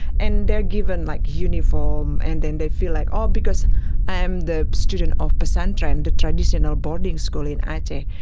and they are given like uniforms um and then they feel like, oh, because i am the student of pesantren, the traditional boarding school in aceh,